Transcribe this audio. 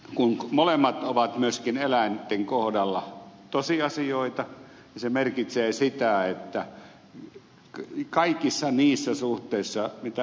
kun molemmat ovat myöskin eläinten kohdalla tosiasioita se merkitsee sitä että kaikissa niissä suhteissa mitä ed